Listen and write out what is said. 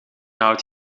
out